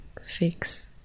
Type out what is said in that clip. fix